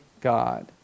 God